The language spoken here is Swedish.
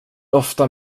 ofta